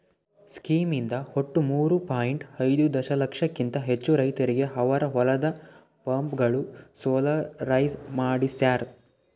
scheme ಇಂದ ಒಟ್ಟು ಮೂರೂ ಪಾಯಿಂಟ್ ಐದೂ ದಶಲಕ್ಷಕಿಂತ ಹೆಚ್ಚು ರೈತರಿಗೆ ಅವರ ಹೊಲದ ಪಂಪ್ಗಳು ಸೋಲಾರೈಸ್ ಮಾಡಿಸ್ಯಾರ್